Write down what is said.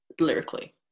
Lyrically